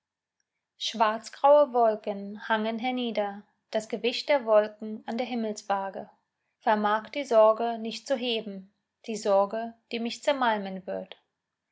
schwarzgraue wolken hangen hernieder das gewicht der wolken an der himmelswage vermag die sorge nicht zu heben die sorge die mich zermalmen wird